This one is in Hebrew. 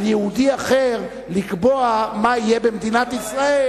יהודי אחר לקבוע מה יהיה במדינת ישראל,